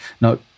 Now